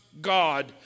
God